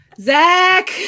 zach